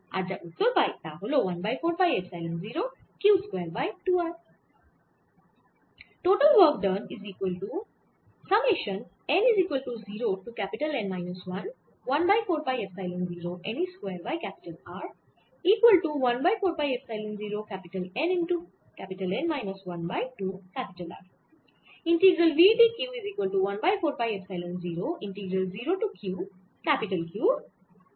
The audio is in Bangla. আর যা উত্তর পাই তা হল 1 by 4 pi epsilon 0 Q square by 2 r